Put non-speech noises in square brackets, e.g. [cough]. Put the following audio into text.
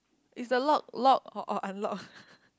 is the lock lock or or unlock [laughs]